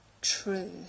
true